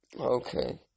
okay